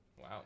Wow